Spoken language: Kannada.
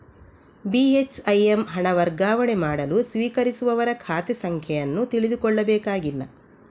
ಬಿ.ಹೆಚ್.ಐ.ಎಮ್ ಹಣ ವರ್ಗಾವಣೆ ಮಾಡಲು ಸ್ವೀಕರಿಸುವವರ ಖಾತೆ ಸಂಖ್ಯೆ ಅನ್ನು ತಿಳಿದುಕೊಳ್ಳಬೇಕಾಗಿಲ್ಲ